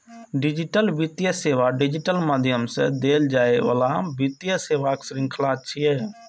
digital वित्तीय सेवा digital माध्यम सं देल जाइ बला वित्तीय सेवाक शृंखला छियै